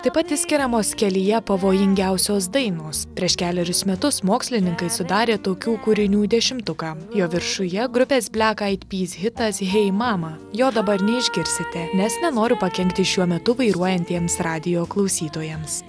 taip pat išskiriamos kelyje pavojingiausios dainos prieš kelerius metus mokslininkai sudarė tokių kūrinių dešimtuką jo viršuje grupės blek aid pys hitas hey mama jo dabar neišgirsite nes nenoriu pakenkti šiuo metu vairuojantiems radijo klausytojams